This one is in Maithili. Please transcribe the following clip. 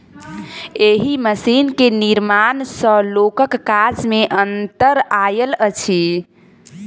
एहि मशीन के निर्माण सॅ लोकक काज मे अन्तर आयल अछि